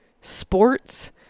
sports